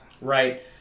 right